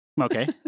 Okay